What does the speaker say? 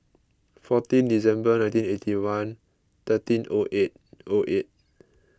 fourteen December nineteen eighty one thirteen O eight O eight